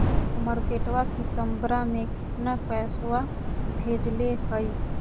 हमर बेटवा सितंबरा में कितना पैसवा भेजले हई?